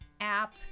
app